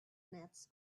nets